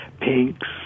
pinks